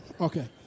Okay